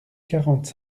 quarante